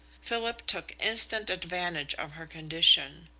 philip took instant advantage of her condition.